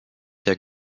der